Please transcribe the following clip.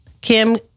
Kim